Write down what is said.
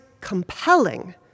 compelling